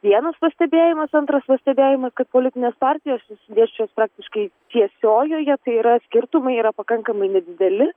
vienas pastebėjimas antras pastebėjimas kad politinės partijos išsidėsčiusios praktiškai tiesiojoje tai yra skirtumai yra pakankamai nedideli